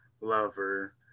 lover